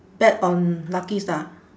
bet on lucky star